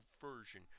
version